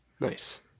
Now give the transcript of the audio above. Nice